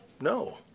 No